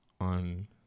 on